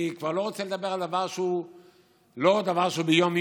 אני כבר לא רוצה לדבר על דבר שהוא לא דבר שביום-יום: